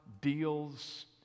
deals